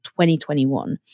2021